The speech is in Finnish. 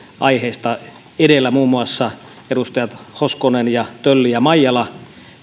aiheesta edellä muun muassa edustajat hoskonen ja tölli ja maijala